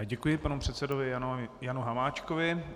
Děkuji panu předsedovi Janu Hamáčkovi.